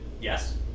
Yes